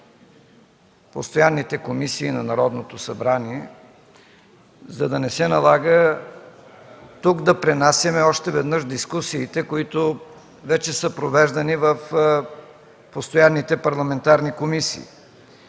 постоянните комисии на Народното събрание, за да не се налага тук да пренасяме още веднъж дискусиите, които вече са провеждани в постоянните парламентарни комисии.